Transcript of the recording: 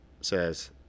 says